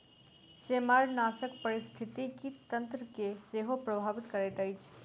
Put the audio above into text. सेमारनाशक पारिस्थितिकी तंत्र के सेहो प्रभावित करैत अछि